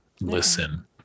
listen